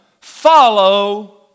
follow